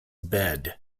bed